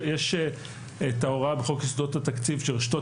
יש את ההוראה בחוק יסודות התקציב שרשתות